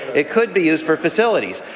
it could be used for facilities.